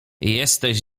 jesteś